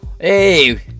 Hey